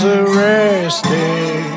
arrested